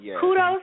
Kudos